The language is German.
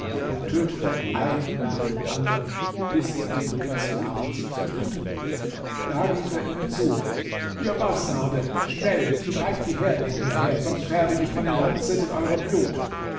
und tötete einen nach dem andern bis die übrigen sklaven sich fürchteten da rief er ihnen zu ihr bastarde schnell treibt die herde vor mir her sonst färbe ich meine lanze mit eurem blut